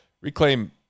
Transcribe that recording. reclaim